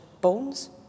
bones